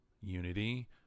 unity